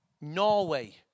Norway